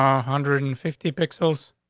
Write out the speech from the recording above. um hundred and fifty pixels.